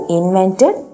invented